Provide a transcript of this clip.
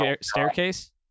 staircase